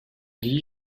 dis